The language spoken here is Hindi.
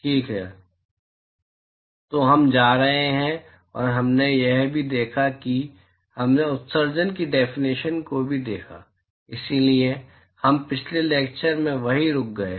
ठीक है तो हम जा रहे हैं और हमने यह भी देखा कि हमने उत्सर्जन की डेफिनेशन को भी देखा इसलिए हम पिछले लेक्चर में वहीं रुक गए